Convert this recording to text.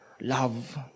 love